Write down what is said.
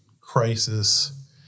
crisis